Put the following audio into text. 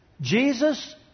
Jesus